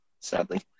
Sadly